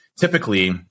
typically